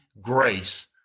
grace